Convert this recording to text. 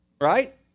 Right